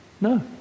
No